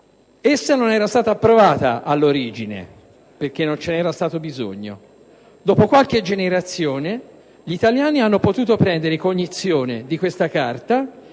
Essa non era stata approvata all'origine, perché non ce n'era stato bisogno. Dopo qualche generazione, gli italiani hanno potuto prendere cognizione della Carta